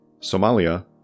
Somalia